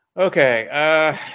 Okay